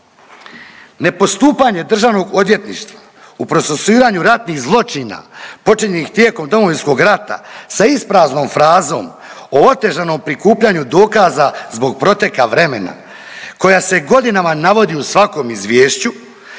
Ne postupanje državnog odvjetništva u procesuiranju ratnih zločina počinjenih tijekom Domovinskog rata sa ispraznom frazom o otežanom prikupljanju dokaza zbog proteka vremena koja se godinama navodi u svakom izvješću